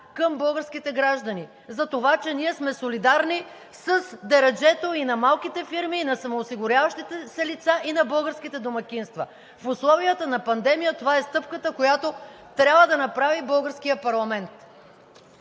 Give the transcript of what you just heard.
към българските граждани, затова че ние сме солидарни с дереджето и на малките фирми, и на самоосигуряващите се лица, и на българските домакинства. В условията на пандемия това е стъпката, която трябва да направи българският парламент.